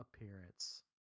appearance